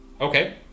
Okay